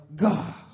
God